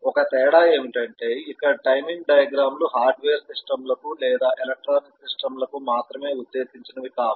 ఒకే తేడా ఏమిటంటే ఇక్కడ టైమింగ్ డయాగ్రమ్ లు హార్డ్వేర్ సిస్టమ్లకు లేదా ఎలక్ట్రానిక్ సిస్టమ్లకు మాత్రమే ఉద్దేశించినవి కావు